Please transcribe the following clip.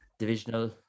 Divisional